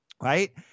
Right